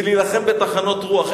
זה להילחם בטחנות רוח,